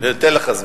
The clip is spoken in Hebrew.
ניתן לך זמן.